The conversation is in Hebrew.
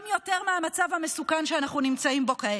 גם יותר מהמצב המסוכן שאנחנו נמצאים בו כעת.